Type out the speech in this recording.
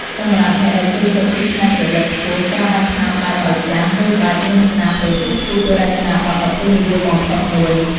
សម្រាប់អ្នកដែលចូលចិត្តភាពច្នៃប្រឌិតខ្ពស់ការបាញ់ថ្នាំបែបឱ្យចាស់ ឬបែបមានស្នាមប្រយុទ្ធគឺជារចនាបថដ៏ពេញនិយមបំផុតមួយ។